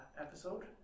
episode